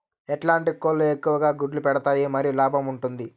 ఎట్లాంటి కోళ్ళు ఎక్కువగా గుడ్లు పెడతాయి మరియు లాభంగా ఉంటుంది?